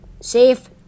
Safe